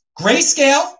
Grayscale